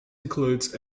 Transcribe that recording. includes